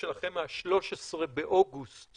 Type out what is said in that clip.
שלכם מה-13 באוגוסט